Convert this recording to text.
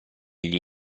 gli